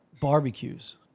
barbecues